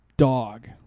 dog